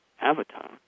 avatar